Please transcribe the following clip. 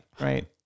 Right